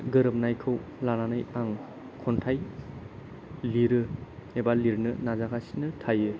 गोरोबनायखौ लानानै आं खन्थाइ लिरो एबा लिरनो नाजागासिनो थायो